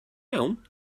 iawn